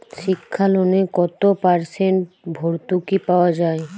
শিক্ষা লোনে কত পার্সেন্ট ভূর্তুকি পাওয়া য়ায়?